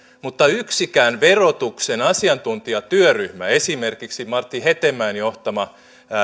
mutta yksikään verotuksen asiantuntijatyöryhmä esimerkiksi martti hetemäen johtama